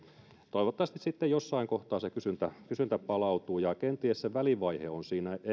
toivottavasti sitten jossain kohtaa se kysyntä kysyntä palautuu kenties se välivaihe on